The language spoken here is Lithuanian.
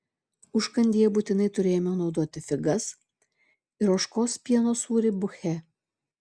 užkandyje būtinai turėjome naudoti figas ir ožkos pieno sūrį buche